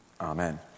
Amen